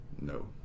no